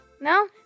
No